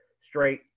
straight